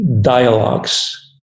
dialogues